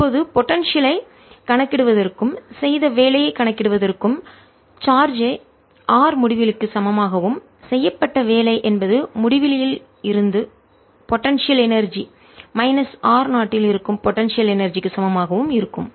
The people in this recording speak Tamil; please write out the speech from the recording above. இப்போதுபோடன்சியல் ஐ ஆற்றலைகணக்கிடுவதற்கும் செய்த வேலையை கணக்கிடுவதற்கும் சார்ஜ் ஐ r முடிவிலிக்கு சமமாகவும் செய்யப்பட்ட வேலை என்பது முடிவிலியில் இருக்கும் பொடன்சியல் எனர்ஜி மைனஸ் r0 யில் இருக்கும் பொடன்சியல் எனர்ஜி ஆற்றல் க்கு சமமாக இருக்கும்